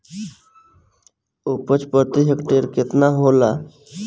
उपज प्रति हेक्टेयर केतना होला?